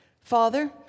Father